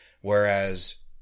whereas